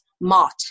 Mott